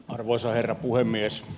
arvoisa herra puhemies